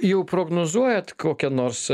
jau prognozuojat kokią nors